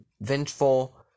vengeful